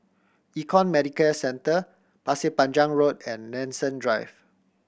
Econ Medicare Centre Pasir Panjang Road and Nanson Drive